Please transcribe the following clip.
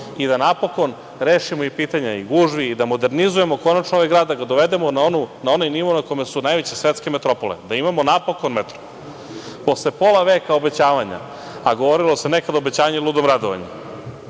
i da, napokon rešimo i pitanja i gužvi i da modernizujemo konačno ovaj grad, da ga dovedemo na onaj nivo na kome su najveće svetske metropole, da imamo napokon metro. Posle pola veka obećavanja, a govorilo se nekad – obećanje, ludom radovanje,